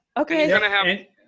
okay